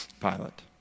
Pilate